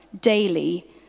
daily